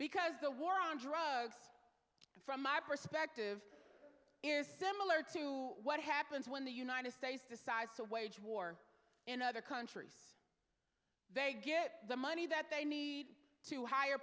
because the war on drugs from my perspective is similar to what happens when the united states decides to wage war in other countries they get the money that they need to hire